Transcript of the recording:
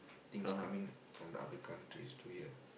things coming from the other countries to here